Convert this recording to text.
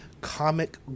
Comic